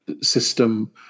system